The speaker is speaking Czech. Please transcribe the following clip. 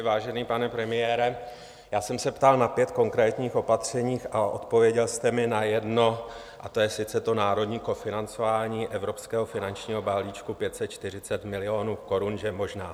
Vážený pane premiére, já jsem se ptal na pět konkrétních opatření a odpověděl jste mi na jedno, a to je sice národní kofinancování evropského finančního balíčku 540 milionů korun, že možná.